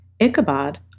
Ichabod